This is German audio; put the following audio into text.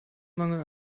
mangel